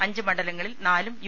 അഞ്ച് മണ്ഡലങ്ങളിൽ നാലും യു